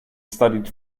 studied